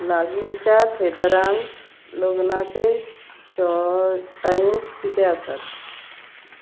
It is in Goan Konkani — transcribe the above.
लागींच्या थिएटरांत लग्नाचे शो टायम्स कितें आसात